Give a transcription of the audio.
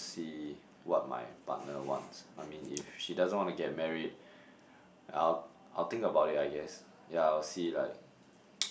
see what my partner wants I mean if she doesn't wanna get married I'll I'll think about it I guess yeah I'll see like